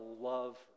love